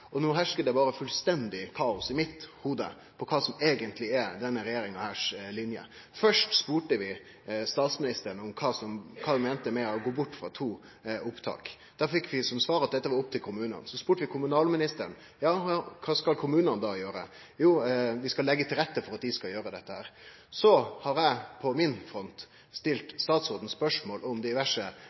og no herskar det fullstendig kaos i mitt hovud om kva som eigentleg er denne regjeringa si line. Først spurde vi statsministeren om kva ein meinte med å gå bort frå to opptak. Da fekk vi som svar at dette var opp til kommunane. Så spurde vi kommunalministeren om kva kommunane skal gjere. Jo, ein skal leggje til rette for at dei skal gjere dette. Så har eg på min front stilt statsråden spørsmål om